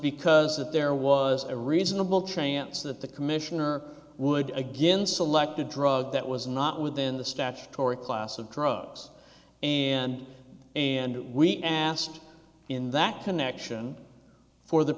because that there was a reasonable chance that the commissioner would again select a drug that was not within the statutory class of drugs and and we asked in that connection for the